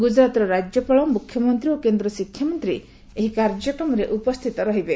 ଗୁଜୁରାଟର ରାଜ୍ୟପାଳ ମୁଖ୍ୟମନ୍ତ୍ରୀ ଓ କେନ୍ଦ୍ର ଶିକ୍ଷାମନ୍ତ୍ରୀ ଏହି କାର୍ଯ୍ୟକ୍ରମରେ ଉପସ୍ଥିତ ରହିବେ